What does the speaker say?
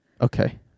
Okay